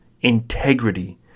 integrity